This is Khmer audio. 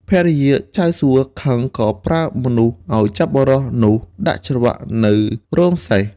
ភរិយាចៅសួខឹងក៏ប្រើមនុស្សឱ្យចាប់បុរសនោះដាក់ច្រវាក់នៅរោងសេះ។